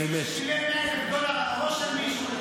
או מישהו ששילם 100,000 דולר על הראש של מישהו,